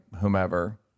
whomever